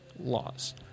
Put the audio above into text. laws